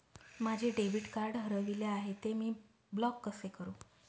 माझे debit card हरविले आहे, ते मी ब्लॉक कसे करु?